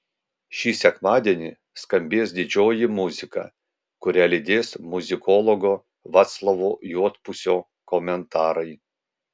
šį sekmadienį skambės didžioji muzika kurią lydės muzikologo vaclovo juodpusio komentarai